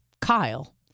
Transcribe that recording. Kyle